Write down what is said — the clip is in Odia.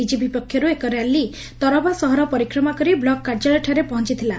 ବିଜେପି ପକ୍ଷର୍ ଏକ ର୍ୟାଲି ତରଭା ସହର ପରିକ୍ରମା କରି ବୁକ୍ କାର୍ଯ୍ୟାଳୟଠାରେ ପହଞ୍ ଥୁଲା